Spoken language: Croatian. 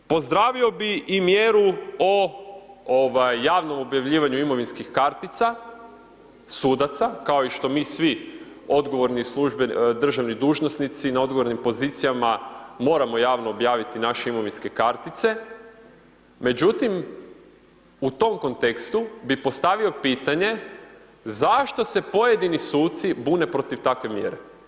Pozdravio bi i mjeru o javnom objavljivanju imovinskih kartica sudaca kao što i mi svi odgovorni državni dužnosnici na odgovornim pozicijama moramo javno objaviti naše imovinske kartice, međutim u tom kontekstu bi postavio pitanje zašto se pojedini suci bune protiv takve mjere.